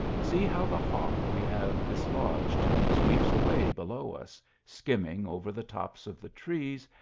see how the hawk we have dislodged sweeps away below us, skimming over the tops of the trees,